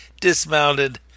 dismounted